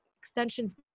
extensions